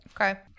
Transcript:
okay